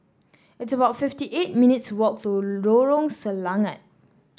it's about fifty eight minutes' walk to Lorong Selangat